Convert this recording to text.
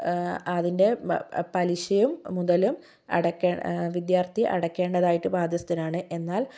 അതിന്റെ പലിശയും മുതലും അടക്കേ വിദ്യാർഥി അടക്കേണ്ടതായിട്ട് ബാധ്യസ്ഥനാണ് എന്നാൽ